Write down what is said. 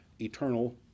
eternal